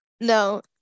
No